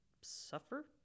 suffer